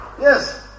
Yes